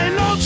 no